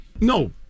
No